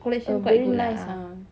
err very nice ah